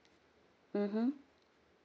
mmhmm